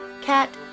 Cat